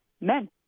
men